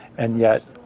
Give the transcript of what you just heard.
and yet,